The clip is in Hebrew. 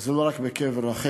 זה לא רק בקבר רחל,